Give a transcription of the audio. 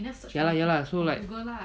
ya lah ya lah so like